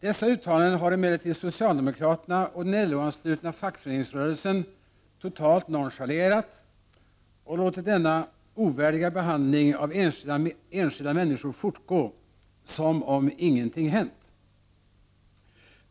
Dessa uttalanden har emellertid socialdemokraterna och den LO-anslutna fackföreningsrörelsen totalt nonchalerat och låtit denna ovärdiga behandling av enskilda människor fortgå som om ingenting hänt.